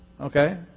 okay